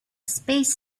space